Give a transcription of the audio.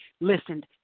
listened